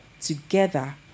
together